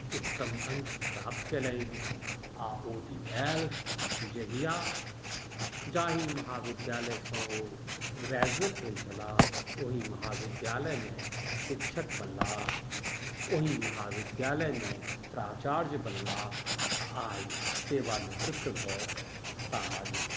उत्तम अङ्क प्राप्त कय लनि आ ओ दिन आयल जहिया जाहि महाविद्यालयसँ ओ ग्रेजुएट भेल छलाह ओही महाविद्यालयमे शिक्षक बनलाह ओहि महाविद्यालयमे प्राचार्य बनलाह आ आइ सेवा निवृत भऽ सामाजिक